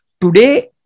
today